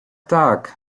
tak